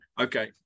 okay